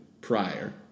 prior